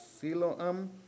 Siloam